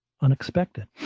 unexpected